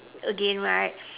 again right